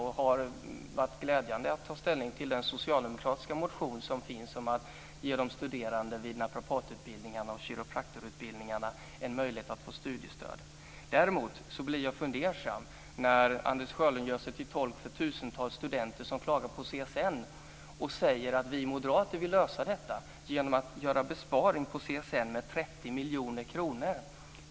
Det har varit glädjande att ta ställning till den socialdemokratiska motion som finns om att ge de studerande vid naprapatutbildningarna och kiropraktorutbildningarna en möjlighet att få studiestöd. Däremot blir jag fundersam när Anders Sjölund gör sig till tolk för tusentals studenter som klagar på CSN och säger att moderaterna vill lösa detta genom att göra besparingar på CSN på 30 miljoner kronor.